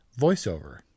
voiceover